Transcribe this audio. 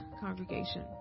congregation